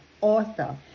author